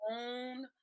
own